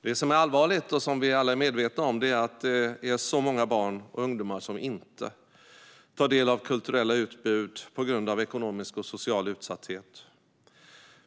Det som är allvarligt - och som vi alla är medvetna om - är att det är så många barn och ungdomar som på grund av ekonomisk och social utsatthet inte tar del av det kulturella utbudet.